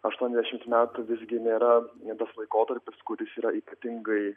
aštuoniasdešimt metų visgi nėra tas laikotarpis kuris yra ypatingai